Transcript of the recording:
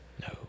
no